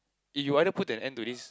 if you either put then end to this